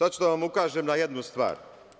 Sada ću da vam ukažem na jednu stvar.